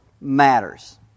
matters